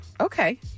Okay